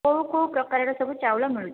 କେଉଁ କେଉଁ ପ୍ରକାରର ସବୁ ଚାଉଳ ମିଳୁଛି